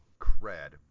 cred